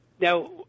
Now